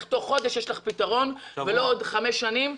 תוך חודש יש לך פתרון ולא בעוד חמש שנים,